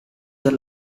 the